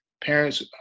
parents